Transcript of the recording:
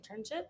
internship